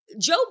Joe